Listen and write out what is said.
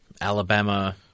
Alabama